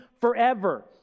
forever